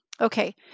Okay